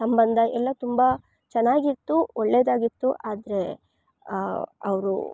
ಸಂಬಂಧ ಎಲ್ಲ ತುಂಬ ಚೆನ್ನಾಗಿತ್ತು ಒಳ್ಳೆದಾಗಿತ್ತು ಆದರೆ ಅವರು